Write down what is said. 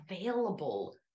available